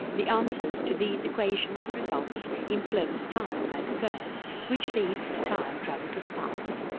the answers to these equations results in closed time like curves which leads to time travel to the past.